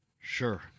Sure